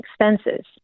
expenses